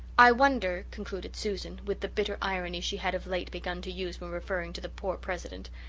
i wonder, concluded susan, with the bitter irony she had of late begun to use when referring to the poor president,